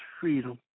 freedom